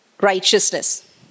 righteousness